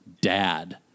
dad